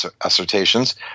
assertions